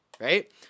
right